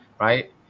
right